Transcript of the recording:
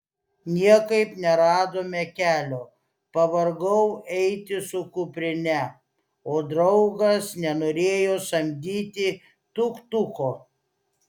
niekaip neradome kelio pavargau eiti su kuprine o draugas nenorėjo samdyti tuk tuko